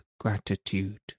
gratitude